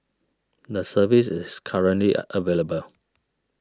the service is currently available